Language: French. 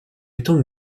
étant